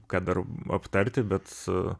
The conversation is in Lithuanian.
ką dar aptarti bet